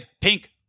pink